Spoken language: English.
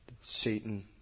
Satan